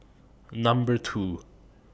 Number two